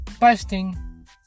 busting